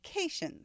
medications